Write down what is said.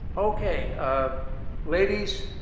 okay, um ladies,